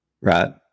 Right